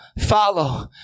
follow